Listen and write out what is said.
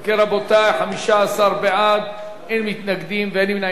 אם כן, רבותי, 15 בעד, אין מתנגדים ואין נמנעים.